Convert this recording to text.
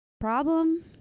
problem